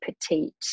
petite